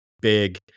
big